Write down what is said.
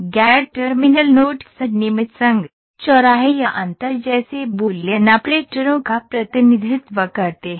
गैर terminal nodes नियमित संघ चौराहे या अंतर जैसे बूलियन ऑपरेटरों का प्रतिनिधित्व करते हैं